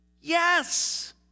yes